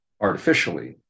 artificially